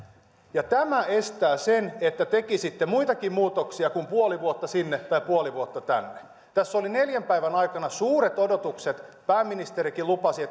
tämä estää sen että tekisitte muitakin muutoksia kuin puoli vuotta sinne tai puoli vuotta tänne tässä oli neljän päivän aikana suuret odotukset pääministerikin lupasi